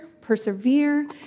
persevere